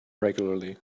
regularly